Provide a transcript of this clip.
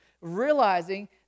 realizing